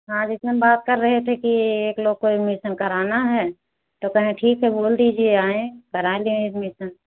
हाँ जैसे हम बात कर रहे थे कि एक लोग कोई मिसन कराना है त कहें ठीक है बोल दीजिए आएं करा लें एडमिसन